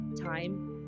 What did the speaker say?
time